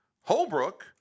Holbrook